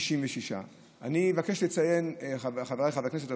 66. חבריי חברי הכנסת,